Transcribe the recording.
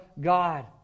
God